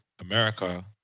America